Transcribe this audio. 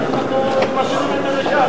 אנחנו משאירים את זה לש"ס.